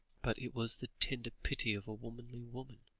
but it was the tender pity of a womanly woman,